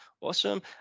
Awesome